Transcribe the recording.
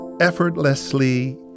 effortlessly